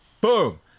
Boom